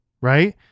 right